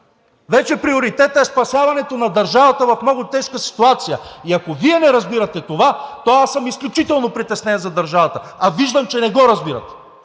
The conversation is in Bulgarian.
Вече приоритетът е спасяването на държавата в много тежка ситуация и ако Вие не разбирате това, то аз съм изключително притеснен за държавата, а виждам, че не го разбирате.